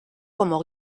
como